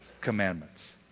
commandments